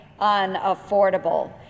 unaffordable